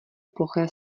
ploché